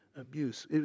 Abuse